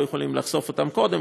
אנחנו לא יכולים לחשוף אותם קודם.